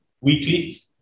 weekly